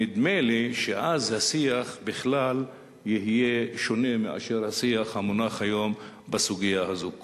נדמה לי שאז השיח בכלל יהיה שונה מהשיח המונח היום בסוגיה הזאת.